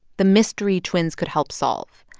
the mystery twins could help solve.